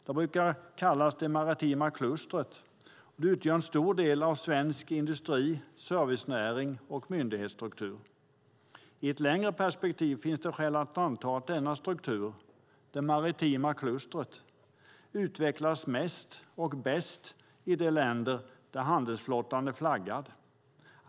Det brukar kallas för det maritima klustret och utgör en stor del av svensk industri, servicenäring och myndighetsstruktur. I ett längre perspektiv finns det skäl att anta att denna struktur - det maritima klustret - mest och bäst utvecklas i de länder där handelsflottan är flaggad.